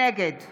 נגד